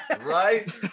Right